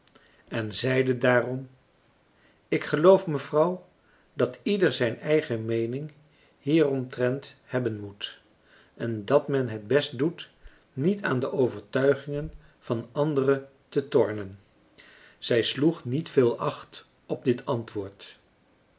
en zeide daarom ik geloof mevrouw dat ieder zijn eigen meening hieromtrent hebben moet en dat men het best doet niet aan de overtuigingen van anderen te tornen zij sloeg niet veel acht op dit antwoord